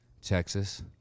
Texas